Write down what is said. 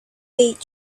date